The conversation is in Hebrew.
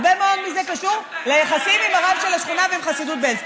הרבה מזה קשור ליחסים עם הרב של השכונה ועם חסידות בעלז.